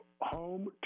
home